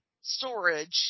storage